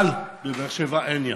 בבאר שבע אין ים.